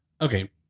Okay